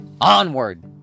Onward